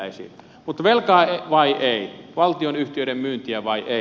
mutta velkaa vai ei valtionyhtiöiden myyntiä vai ei